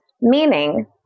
Meaning